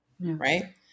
Right